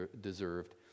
deserved